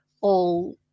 all-